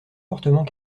fortement